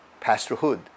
pastorhood